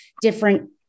different